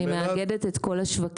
אני מאגדת את כל השווקים.